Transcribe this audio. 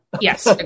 Yes